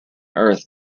earth